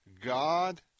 God